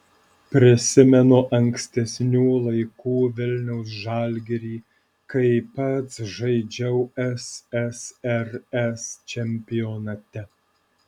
prisimenu ankstesnių laikų vilniaus žalgirį kai pats žaidžiau ssrs čempionate